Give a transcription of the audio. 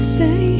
say